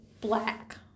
black